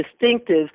distinctive